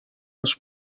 els